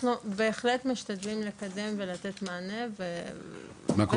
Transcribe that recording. אנחנו בהחלט משתדלים לקדם ולתת מענה ולצערי